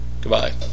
Goodbye